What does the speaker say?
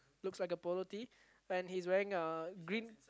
looks like a polo tee and he's wearing a green